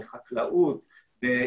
בחקלאות,